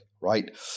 right